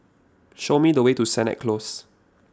show me the way to Sennett Close